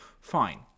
fine